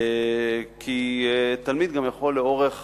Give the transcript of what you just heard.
כי תלמיד גם יכול לאורך